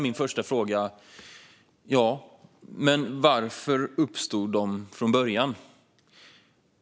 Men varför uppstod de från början?